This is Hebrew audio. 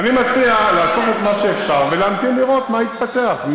אני מציע לעשות את מה שאפשר ולהמתין לראות מה יתפתח.